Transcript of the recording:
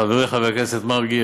חברי חבר הכנסת מרגי,